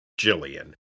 Jillian